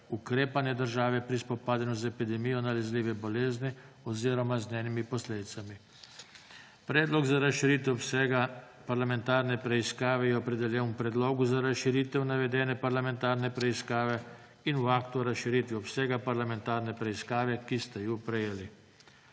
ukrepanje države pri spopadanju z epidemijo nalezljive bolezni oziroma z njenimi posledicami. Predlog za razširitev obsega parlamentarne preiskave je opredeljen v predlogu za razširitev navedene parlamentarne preiskave in v aktu o razširitvi obsega parlamentarne preiskave, ki ste ju prejeli.